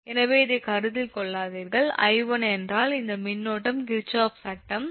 எனவே இதை கருத்தில் கொள்ளாதீர்கள் 𝐼1 என்றால் இந்த மின்னோட்டம் கிர்ச்சாஃப் சட்டம் 𝐼1 𝑖1𝐼2